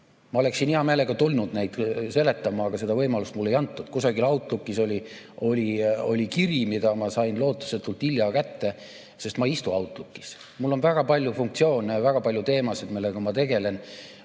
Ma oleksin hea meelega tulnud neid seletama, aga seda võimalust mulle ei antud. Kusagil Outlookis oli kiri, mille ma sain lootusetult hilja kätte, sest ma ei istu Outlookis. Mul on väga palju funktsioone ja väga palju teemasid, millega ma tegelen